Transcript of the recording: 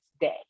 day